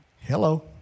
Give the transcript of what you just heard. Hello